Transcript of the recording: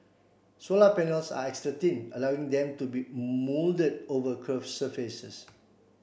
solar panels are extra thin allowing them to be moulded over curved surfaces